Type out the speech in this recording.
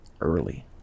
early